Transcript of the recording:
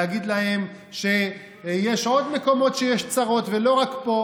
להגיד להם שיש עוד מקומות שיש צרות ולא רק פה,